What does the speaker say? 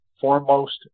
foremost